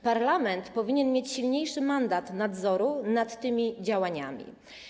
Parlament powinien mieć silniejszy mandat w zakresie nadzoru nad tymi działaniami.